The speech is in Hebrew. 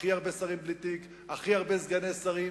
הכי הרבה שרים בלי תיק, הכי הרבה סגני שרים.